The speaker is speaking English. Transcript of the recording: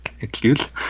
excuse